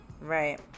right